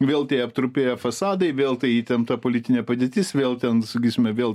vėl tie aptrupėję fasadai vėl ta įtempta politinė padėtis vėl ten sakysime vėl